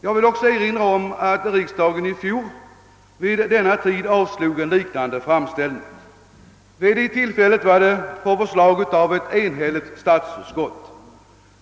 Jag vill också erinra om att riksdagen i fjol vid denna tid avslog en liknande framställning. Vid det tillfället var det på förslag av ett enhälligt statsutskott.